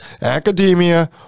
academia